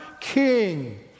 king